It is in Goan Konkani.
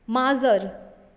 माजर